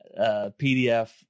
PDF